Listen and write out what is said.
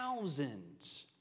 thousands